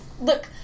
Look